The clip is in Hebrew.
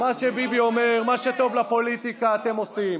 מה שביבי אומר, מה שטוב לפוליטיקה, אתם עושים.